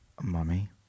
Mummy